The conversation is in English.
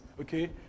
Okay